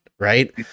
Right